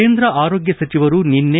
ಕೇಂದ್ರ ಆರೋಗ್ಯ ಸಚಿವರು ನಿನ್ನೆ